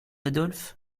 adolphe